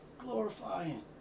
glorifying